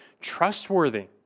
trustworthy